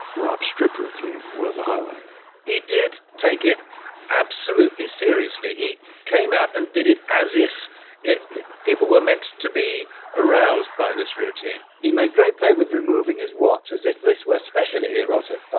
rob's strip routine was a highlight he did take it absolutely seriously. he came out and did it as if it people were meant to be aroused by this routine he made great play with removing his watch as if this were especially erotic.